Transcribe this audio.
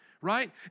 right